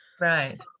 right